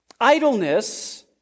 Idleness